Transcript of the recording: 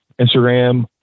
Instagram